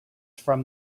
from